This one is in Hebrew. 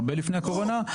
הרבה לפני הקורונה.